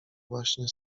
właśnie